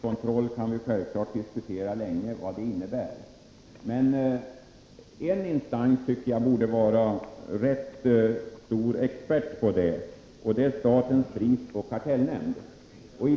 Herr talman! Vi kan självfallet länge diskutera vad ordet etableringskontroll innebär. En instans tycker jag dock borde vara en rätt stor expert på den saken, och det är statens prisoch kartellnämnd.